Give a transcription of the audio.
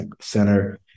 center